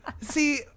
see